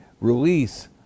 release